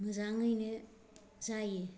मोजाङैनो जायो